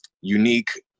unique